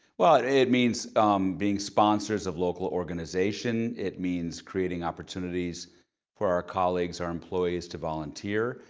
well, it it means being sponsors of local organization. it means creating opportunities for our colleagues, our employees, to volunteer.